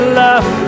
love